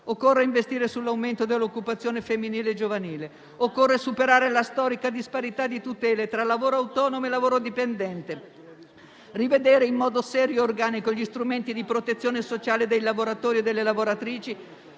Occorre investire sull'aumento dell'occupazione femminile e giovanile, occorre superare la storica disparità di tutele tra lavoro autonomo e lavoro dipendente, rivedere in modo serio e organico gli strumenti di protezione sociale dei lavoratori e delle lavoratrici,